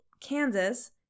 Kansas